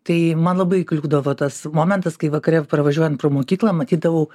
tai man labai kliūdavo tas momentas kai vakare pravažiuojant pro mokyklą matydavau